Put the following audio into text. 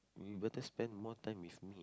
you better spend more time with me